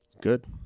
Good